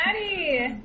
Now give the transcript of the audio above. Maddie